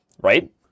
Right